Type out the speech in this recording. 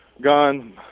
gun